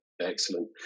Excellent